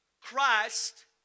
Christ